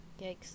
yikes